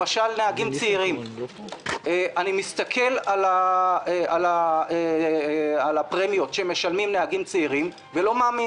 למשל נהגים צעירים אני מסתכל על הפרמיות שהם משלמים ולא מאמין.